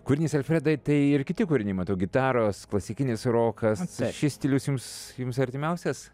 kūrinys alfredai tai ir kiti kūriniai matau gitaros klasikinis rokas šis stilius jums jums artimiausias